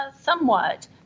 Somewhat